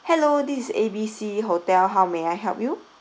hello this is A B C hotel how may I help you